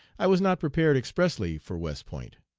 i was not prepared expressly for west point.